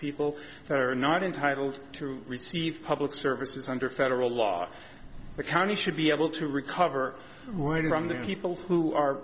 people that are not entitled to receive public services under federal law the county should be able to recover running from the people who are